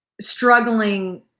struggling